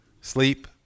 sleep